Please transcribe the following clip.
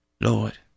Lord